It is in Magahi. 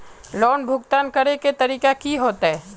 लोन भुगतान करे के तरीका की होते?